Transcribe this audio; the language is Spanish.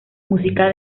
música